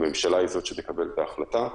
הממשלה היא זו שתקבל את ההחלטה.